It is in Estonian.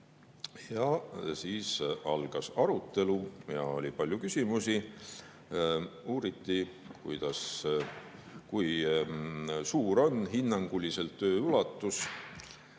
Siis algas arutelu ja oli palju küsimusi. Uuriti, kui suur on hinnanguliselt töö ulatus.